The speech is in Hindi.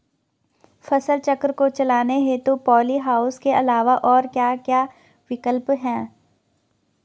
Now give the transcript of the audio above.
फसल चक्र को चलाने हेतु पॉली हाउस के अलावा और क्या क्या विकल्प हैं?